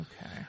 Okay